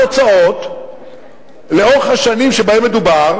התוצאות לאורך השנים שבהן מדובר